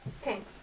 Thanks